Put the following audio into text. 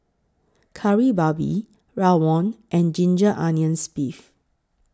Kari Babi Rawon and Ginger Onions Beef